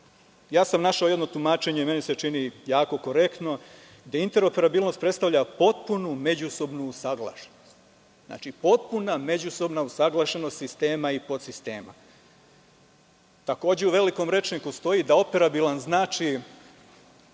Našao sam jedno tumačenje, čini mi se jako korektno, gde interoperabilnost predstavlja potpunu međusobnu usaglašenost. Znači, potpuna međusobna usaglašenost sistema i podsistema. Takođe, u velikom rečniku stoji da operabilan